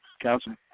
Council